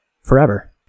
forever